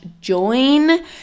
join